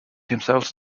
himself